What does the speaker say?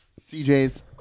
CJ's